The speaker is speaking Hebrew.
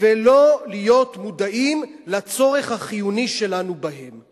ולא להיות מודעים לצורך החיוני שלנו בהם.